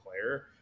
player